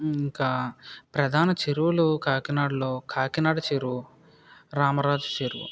ఇంకా ప్రధాన చెరువులు కాకినాడలో కాకినాడ చెరువు రామరాజు చెరువు